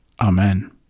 Amen